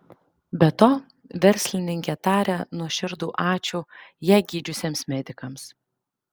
be to verslininkė taria nuoširdų ačiū ją gydžiusiems medikams